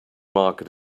market